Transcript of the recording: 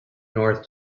north